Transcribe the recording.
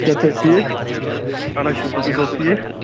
صحت چھے حظ ٹھیٖک اہَن حظ شُکُر تُہی چھو حظ ٹھیٖک